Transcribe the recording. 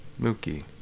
Mookie